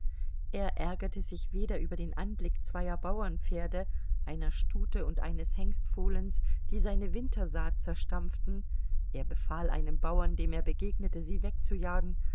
er ärgerte sich weder über den anblick zweier bauernpferde einer stute und eines hengstfohlens die seine wintersaat zerstampften er befahl einem bauern dem er begegnete sie wegzujagen